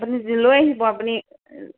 আপুনি লৈ আহিব আপুনি